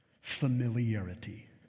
Familiarity